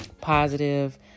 positive